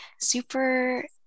super